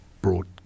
brought